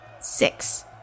Six